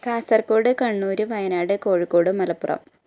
Kasaragod Kannur Wayanad Kozhikode Malappuram